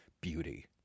beauty